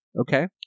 Okay